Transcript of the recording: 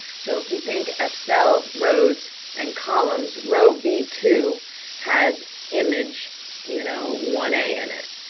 so if you think excel, rows and columns, row b two has image you know one a in it,